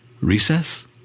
recess